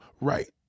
right